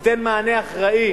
תיתן מענה אחראי,